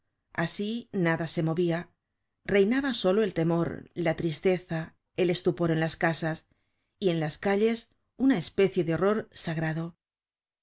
asi nada se movia reinaba solo el temor la tristeza el estupor en las casas y en las calles una especie de horror sagrado